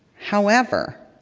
however,